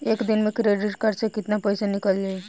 एक दिन मे क्रेडिट कार्ड से कितना पैसा निकल जाई?